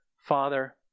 Father